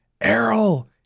Errol